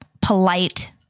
polite